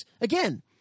Again